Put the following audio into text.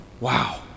wow